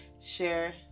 Share